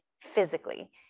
physically